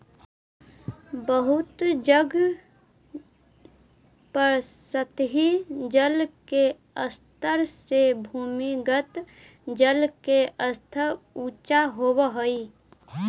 बहुत जगह पर सतही जल के स्तर से भूमिगत जल के स्तर ऊँचा होवऽ हई